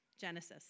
Genesis